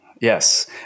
Yes